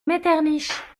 metternich